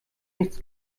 nichts